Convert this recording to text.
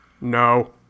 No